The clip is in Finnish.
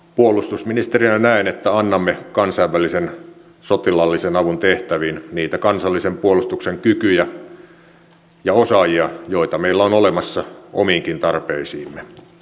puolustusministerinä näen että annamme kansainvälisen sotilaallisen avun tehtäviin niitä kansallisen puolustuksen kykyjä ja osaajia joita meillä on olemassa omiinkin tarpeisiimme